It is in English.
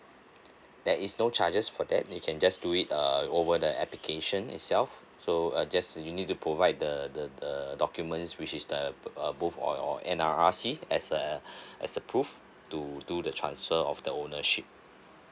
there is no charges for that you can just do it uh over the application itself so uh just you need to provide the the the documents which is the uh both of your N_R_I_C as a proof to do the transfer of the ownership